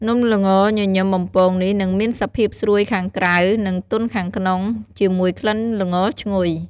នំល្ងញញឹមបំពងនេះនឹងមានសភាពស្រួយខាងក្រៅ និងទន់ខាងក្នុង ជាមួយក្លិនល្ងឈ្ងុយ។